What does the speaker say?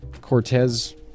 Cortez